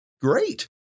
Great